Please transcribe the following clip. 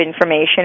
information